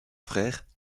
frères